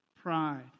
pride